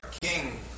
King